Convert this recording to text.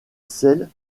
selle